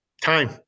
time